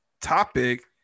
topic